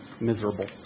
miserable